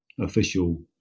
official